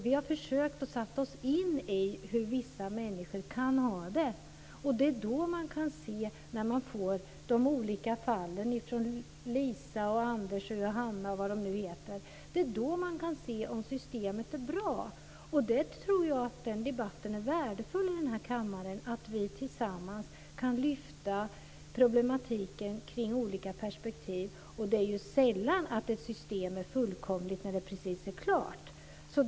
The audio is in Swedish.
Vi har försökt att sätta oss in i hur vissa människor kan ha det. Det är då man kan få ta del av de olika fallen - Lisa, Anders och Hanna. Det är då det syns om systemet är bra. Det är värdefullt med den debatten i kammaren, så att vi tillsammans kan lyfta fram problemen kring olika perspektiv. Det är sällan ett system är fullkomligt precis när det är klart.